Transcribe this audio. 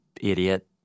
idiot